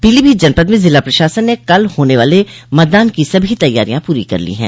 पीलीभीत जनपद में जिला प्रशासन ने कल होने वाले मतदान की सभी तैयारियां पूरी कर ली हैं